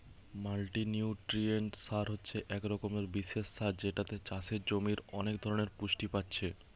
multinutrient সার হচ্ছে এক রকমের বিশেষ সার যেটাতে চাষের জমির অনেক ধরণের পুষ্টি পাচ্ছে